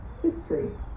history